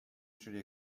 usually